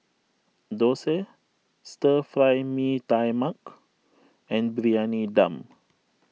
Dosa Stir Fry Mee Tai Mak and Briyani Dum